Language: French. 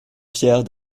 fiers